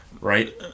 right